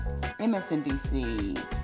MSNBC